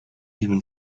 even